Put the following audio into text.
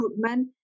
recruitment